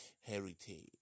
heritage